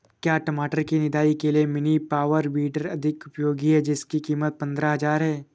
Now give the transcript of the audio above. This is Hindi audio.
क्या टमाटर की निदाई के लिए मिनी पावर वीडर अधिक उपयोगी है जिसकी कीमत पंद्रह हजार है?